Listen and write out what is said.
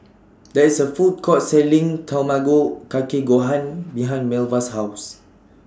There IS A Food Court Selling Tamago Kake Gohan behind Melva's House